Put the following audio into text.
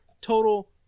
Total